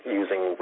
using